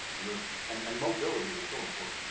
and there's and and mobility was so important,